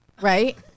Right